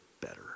better